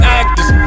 actors